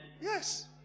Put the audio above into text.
Yes